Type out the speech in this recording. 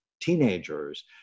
teenagers